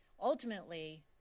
ultimately